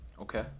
Okay